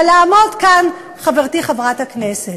אבל לעמוד כאן, חברתי חברת הכנסת,